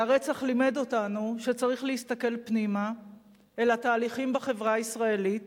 והרצח לימד אותנו שצריך להסתכל פנימה אל התהליכים בחברה הישראלית